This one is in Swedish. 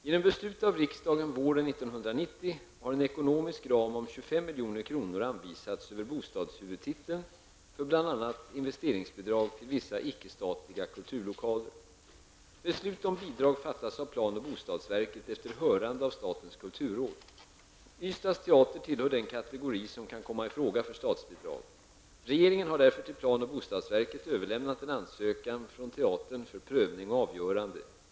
Genom beslut av riksdagen våren 1990 har en ekonomisk ram om 25 milj.kr. anvisats över bostadshuvudtiteln för bl.a. investeringsbidrag till vissa icke-statliga kulturlokaler. Beslut om bidrag fattas av plan och bostadsverket efter hörande av statens kulturråd. Ystads teater tillhör den kategori som kan komma i fråga för statsbidrag. Regeringen har därför till plan och bostadsverket överlämnat en ansökan från teatern för prövning och avgörande.